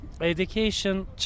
education